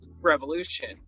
revolution